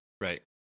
Right